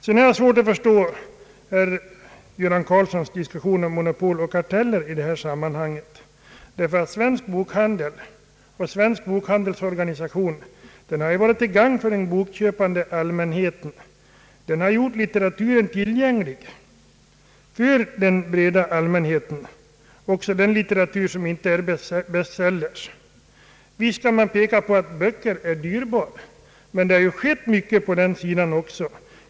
Jag har vidare svårt att förstå herr Göran Karlssons diskussion om monopol och karteller i detta sammanhang. Svensk bokhandel och svensk bokhandelsorganisation har ju varit till gagn för den bokköpande allmänheten. Bokhandeln har gjort litteraturen tillgänglig för den breda allmänheten, också den litteratur som inte utgörs av bestsellers. Visst kan man hävda att böcker är dyra. Men mycket har ändå hänt på det här området under de senaste åren.